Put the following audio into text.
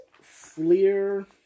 Fleer